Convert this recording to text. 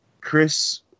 Chris